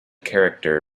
character